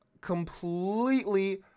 completely